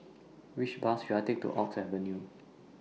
Which Bus should I Take to Oak Avenue